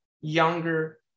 younger